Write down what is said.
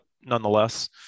nonetheless